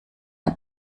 der